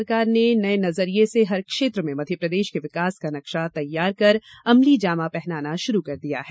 प्रदेश सरकार ने नये नजरिये से हर क्षेत्र में मध्यप्रदेश के विकास का नक्शा तैयार कर अमली जामा पहनाना शुरू कर दिया है